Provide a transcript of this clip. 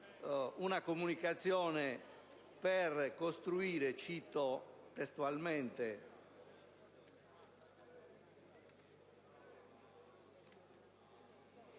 una comunicazione per costruire - cito testualmente